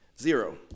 Zero